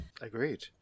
Agreed